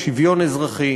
בשוויון אזרחי,